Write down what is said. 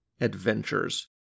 Adventures